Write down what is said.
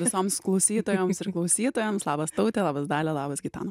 visoms klausytojoms ir klausytojams labas taute labas dalia labas gitana